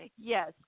Yes